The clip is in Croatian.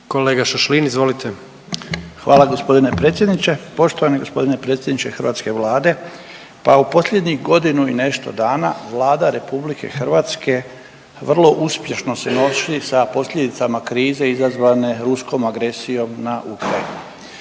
Kolega Šašlin, izvolite. **Šašlin, Stipan (HDZ)** Poštovani gospodine predsjedniče hrvatske Vlade. Pa u posljednjih godinu i nešto dana Vlada Republike Hrvatske vrlo uspješno se nosi sa posljedicama krize izazvane ruskom agresijom na Ukrajinu